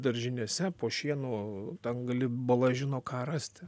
daržinėse po šienu ten gali bala žino ką rasti